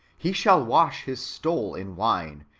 he shall wash his stole in wine,